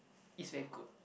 is very good